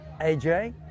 AJ